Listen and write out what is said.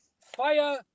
fire